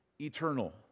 eternal